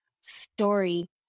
story